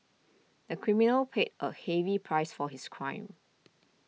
the criminal paid a heavy price for his crime